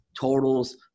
totals